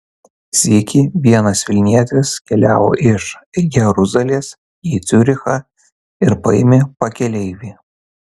sykį vienas vilnietis keliavo iš jeruzalės į ciurichą ir paėmė pakeleivį